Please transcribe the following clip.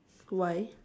why